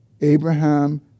Abraham